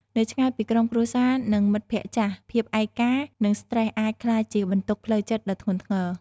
នៅឆ្ងាយពីក្រុមគ្រួសារ និងមិត្តភក្តិចាស់ ភាពឯកា និងស្ត្រេសអាចក្លាយជាបន្ទុកផ្លូវចិត្តដ៏ធ្ងន់ធ្ងរ ។